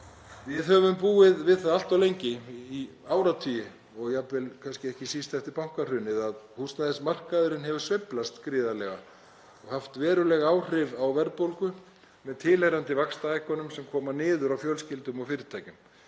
Við höfum búið við það allt of lengi, í áratugi og kannski ekki síst eftir bankahrunið, að húsnæðismarkaðurinn hefur sveiflast gríðarlega og haft veruleg áhrif á verðbólgu með tilheyrandi vaxtahækkunum sem koma niður á fjölskyldum og fyrirtækjum.